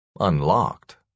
Unlocked